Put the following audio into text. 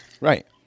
Right